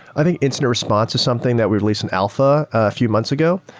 i think it's and a response to something that we released in alpha a few months ago,